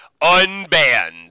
unbanned